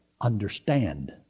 understand